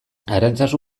arantzazu